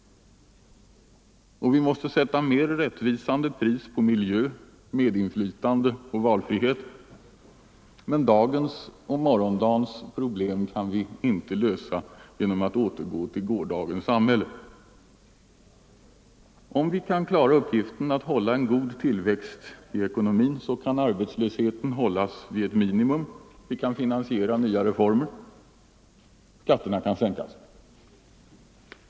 Vi måste sätta mera rättvisande pris på miljö, medinflytande och valfrihet, men dagens och morgondagens problem kan vi inte lösa genom att återgå till gårdagens samhälle. Om vi kan klara uppgiften att hålla en god tillväxt i ekonomin kan arbetslösheten hållas vid ett minimum, nya reformer finansieras och skatterna sänkas.